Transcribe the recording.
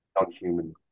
non-human